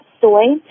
soy